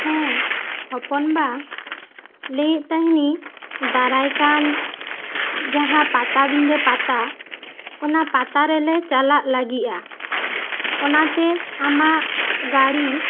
ᱦᱮᱸ ᱦᱚᱯᱚᱱᱵᱟ ᱞᱟᱹᱭᱮᱫ ᱛᱟᱦᱮᱱᱤᱧ ᱫᱟᱨᱟᱭᱠᱟᱱ ᱡᱟᱦᱟᱸ ᱯᱟᱴᱟᱵᱤᱸᱫᱟᱹ ᱯᱟᱛᱟ ᱚᱱᱟ ᱯᱟᱛᱟ ᱨᱮᱞᱮ ᱪᱟᱞᱟᱜ ᱞᱟᱹᱜᱤᱼᱟ ᱚᱱᱟ ᱛᱮ ᱟᱢᱟᱜ ᱜᱟᱹᱰᱤ